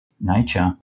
nature